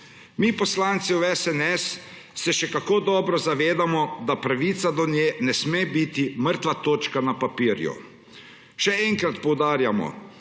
Poslanci v SNS se še kako dobro zavedamo, da pravica do nje ne sme biti mrtva črka na papirju. Še enkrat poudarjamo,